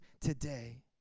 today